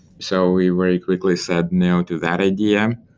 so we very quickly said no to that idea.